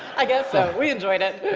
i guess so. we enjoyed it.